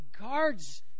guards